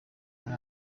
muri